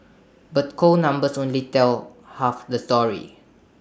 but cold numbers only tell half the story